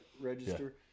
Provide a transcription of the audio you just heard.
register